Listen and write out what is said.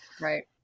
Right